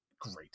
great